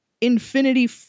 Infinity